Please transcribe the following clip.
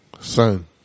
Son